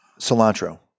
cilantro